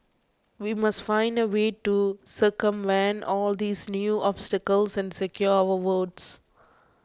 we must find a way to circumvent all these new obstacles and secure our votes